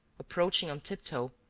approaching on tip-toe,